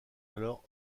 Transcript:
alors